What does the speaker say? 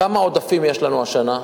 כמה עודפים יש לנו השנה?